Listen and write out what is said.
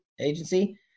agency